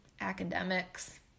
academics